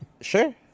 Sure